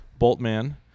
Boltman